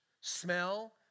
smell